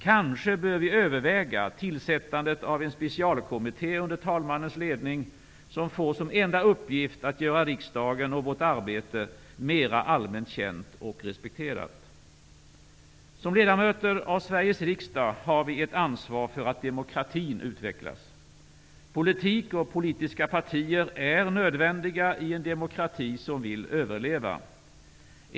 Kanske bör vi överväga tillsättandet av en specialkommitté under talmannens ledning, som får som enda uppgift att göra riksdagen och vårt arbete mera allmänt känt och respekterat. Som ledamöter av Sveriges riksdag har vi ett ansvar för att demokratin utvecklas. Politik och politiska partier är nödvändiga i en demokrati som vill överleva.